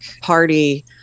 Party